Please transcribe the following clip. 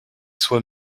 soi